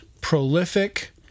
prolific